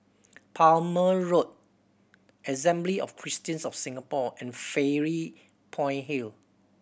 Palmer Road Assembly of Christians of Singapore and Fairy Point Hill